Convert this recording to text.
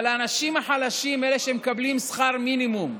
אבל האנשים החלשים, אלה שמקבלים שכר מינימום,